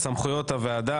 סמכויות הוועדה.